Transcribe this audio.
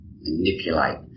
manipulate